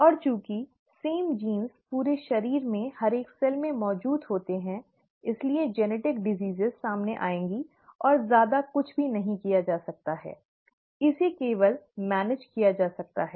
और चूंकि एक ही जींस पूरे शरीर में हर एक कोशिका में मौजूद होते हैं इसलिए आनुवांशिक बीमारियां सामने आएंगी और ज्यादा कुछ भी नहीं किया जा सकता है इसे केवल मैनेज किया जा सकता है